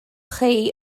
chi